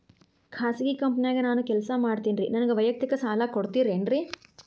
ಖಾಸಗಿ ಕಂಪನ್ಯಾಗ ನಾನು ಕೆಲಸ ಮಾಡ್ತೇನ್ರಿ, ನನಗ ವೈಯಕ್ತಿಕ ಸಾಲ ಕೊಡ್ತೇರೇನ್ರಿ?